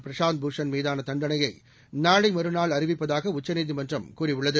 பிரசாந்த் பூஷன் மீதான தண்டனையை நாளைமறுநாள் அறிவிப்பதாக உச்சநீதிமன்றம் கூறியுள்ளது